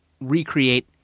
recreate